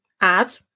add